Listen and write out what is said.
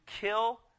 kill